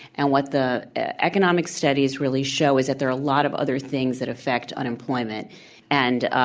and what the economic studies really show is that there are a lot of other things that affect unemployment and ah